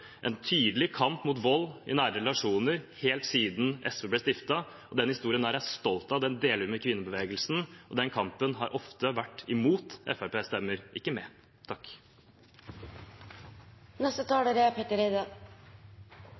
en tydelig kamp mot vold i nære relasjoner helt siden SV ble stiftet. Den historien er jeg stolt av, og den deler vi med kvinnebevegelsen. Den kampen har ofte vært mot Fremskrittsparti-stemmer, ikke med.